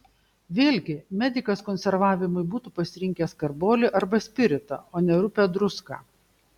vėlgi medikas konservavimui būtų pasirinkęs karbolį arba spiritą o ne rupią druską